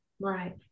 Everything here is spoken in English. Right